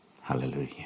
Hallelujah